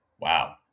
Wow